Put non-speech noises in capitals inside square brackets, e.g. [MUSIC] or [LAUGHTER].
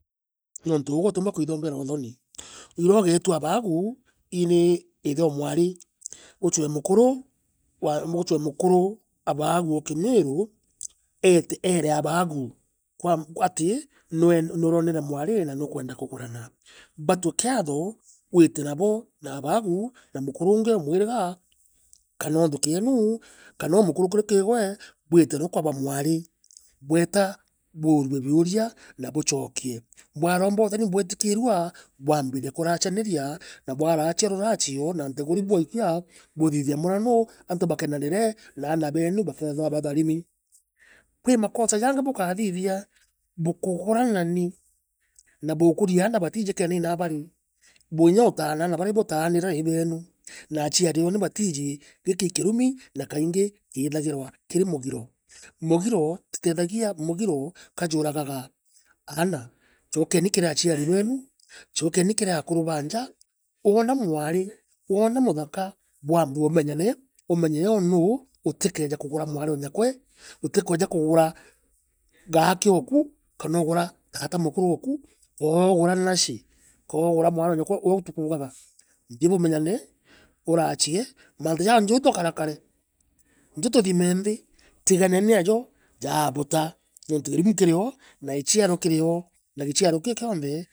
niuntu uugwe utiumba kwirombera uthoni. [UNINTELLIGIBLE] ugeetua abagu iri ithe o mwari uchoe mukuru. wa uchoe mukuru abagu o kimiru eete ere abagu wa ati nuroonere mwari na nukwenda kugurana. Batwe kiatho, wite nabo na abagu na mukuru uungi wa mwiriga kana o nthuki yeenu kana umukurukuru ki gwe, bwite riu kwaba mwaari bweta buurue biuria na buchookie. Bwaromba uthoni bweetikirua, bwaambirie kurachaniria na bwaracia ruracio na nteguri bwaikia, buthithie murano aantu bakenanire na aana benu bakeethirwa batharimi. Kwi makosa jaangi bukathithia, bukugurana ni, na buukuria aana batiijikene inaa bari buutana aana baria ibutaanire na ibenu na achiari uuni batiiji, giki i kirumi, na kaingi kiithagirwa kiri mugiro. Mugiro, [UNINTELLIGIBLE] mugiro kajuuragaga. Aana chokeni kiri achiari benu, chokeni kiri akuru ba nja, wona mwari, wona muthaka, bwambe bumenyane umenye uu nuu utikeje kugura mwari o nyakwe, utikeje kugura gaake oku, kana ugura taata mukuru oku, koogura nache, koogura mwari o nyakwe uria tukuugaga. Thii bumenyane, uraachie, mantu jaangi ita ukarakare, nju tuthime nthii, tiganeni ajo jaabuta nontu kirumi kirio na ichiaro kirio na gichiaro kii kionthe